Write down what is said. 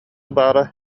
баара